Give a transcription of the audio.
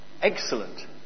Excellent